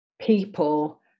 people